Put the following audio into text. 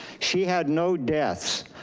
she had no deaths,